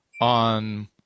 on